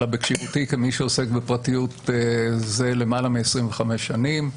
אלא בכשירותי כמי שעוסק בפרטיות זה יותר מ-25 שנים,